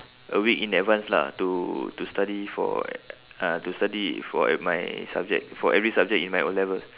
a week in advance lah to to study for uh to study for e~ my subject for every subject in my O levels